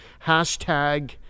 hashtag